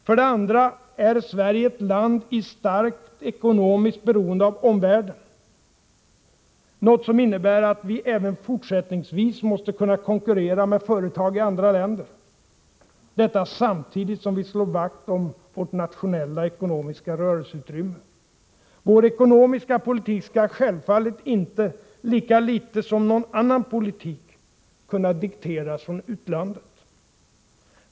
För det andra är Sverige ett land i starkt ekonomiskt beroende av omvärlden, något som innebär att vi även fortsättningsvis måste kunna konkurrera med företag i andra länder, samtidigt som vi slår vakt om vårt nationella ekonomiska rörelseutrymme. Vår ekonomiska politik skall självfallet inte, lika litet som någon annan politik, kunna dikteras från utlandet.